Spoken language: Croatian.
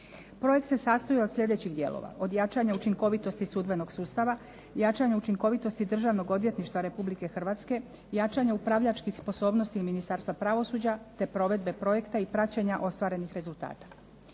Projekt se sastoji od sljedećih dijelova: od jačanja učinkovitosti sudbenog sustava, jačanja učinkovitosti Državnog odvjetništva Republike Hrvatske, jačanja upravljačkih sposobnosti Ministarstva pravosuđa, te provedbe projekta i praćenja ostvarenih rezultata.